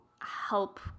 help